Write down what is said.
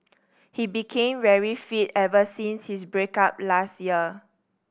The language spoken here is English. he became very fit ever since his break up last year